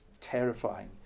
terrifying